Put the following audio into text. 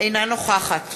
אינה נוכחת